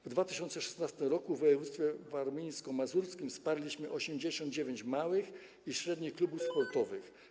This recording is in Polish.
W 2016 r. w województwie warmińsko-mazurskim wsparliśmy 89 małych i średnich klubów sportowych.